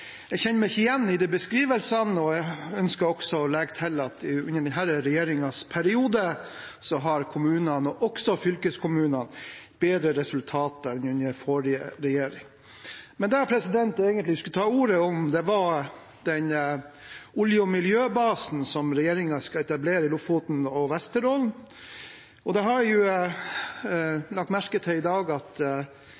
jeg kjenner meg ikke igjen i de beskrivelsene, og jeg ønsker også å legge til at både kommunene og fylkeskommunene har bedre resultater under denne regjeringens periode enn under forrige regjering. Men det jeg egentlig skulle ta ordet om, var olje- og miljøbasen som regjeringen skal etablere i Lofoten og Vesterålen. Jeg har i dag lagt merke til at en del rød-grønne representanter har